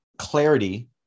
clarity